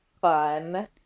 fun